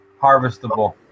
harvestable